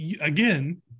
again